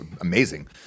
amazing